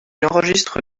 enregistre